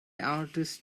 artist